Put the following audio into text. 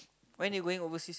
when you going overseas